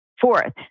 Fourth